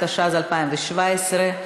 התשע"ז 2017,